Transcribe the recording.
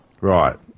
Right